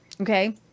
Okay